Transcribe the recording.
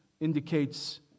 indicates